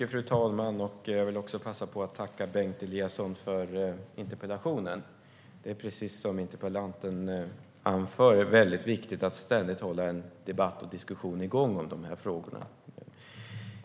Fru talman! Jag vill passa på att tacka Bengt Eliasson för interpellationen. Det är, precis som interpellanten anför, mycket viktigt att ständigt hålla igång debatten och diskussionen om de här frågorna.